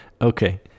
Okay